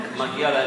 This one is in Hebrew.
מגיע להם.